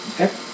Okay